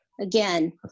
again